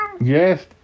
yes